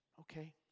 okay